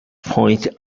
point